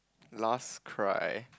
last cry